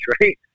Right